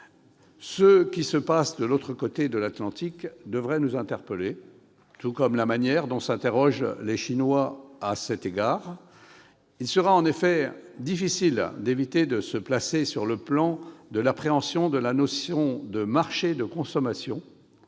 Ce qui se passe de l'autre côté de l'Atlantique devrait nous interpeller, tout comme la manière dont s'interrogent les Chinois à cet égard. Il sera en effet difficile de ne pas se placer sur le terrain du « marché de consommation